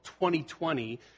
2020